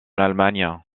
allemagne